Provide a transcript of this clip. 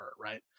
Right